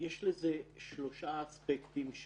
אני